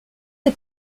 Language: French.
est